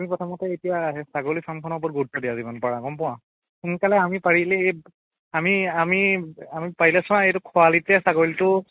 আমি প্ৰথমতে এতিয়া আহে ছাগলী ফাৰ্মখনৰ ওপৰত গুৰুত্ব দিয়া যিমান পাৰা গম পোৱা সোনকালে আমি পাৰিলে এই আমি আমি আমি পাৰিলে চোৱা এইটো খৰালিতে ছাগলীটো